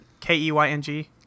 K-E-Y-N-G